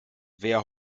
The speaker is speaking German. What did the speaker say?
wer